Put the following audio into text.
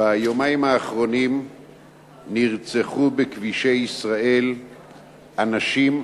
ביומיים האחרונים נרצחו בכבישי ישראל אנשים,